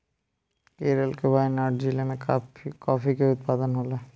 केरल के वायनाड जिला में काफी के उत्पादन होला